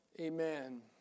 Amen